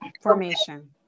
formation